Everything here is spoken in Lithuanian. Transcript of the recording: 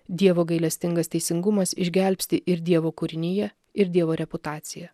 dievo gailestingas teisingumas išgelbsti ir dievo kūriniją ir dievo reputaciją